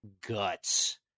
guts